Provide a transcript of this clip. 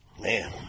Man